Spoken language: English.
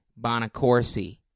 Bonacorsi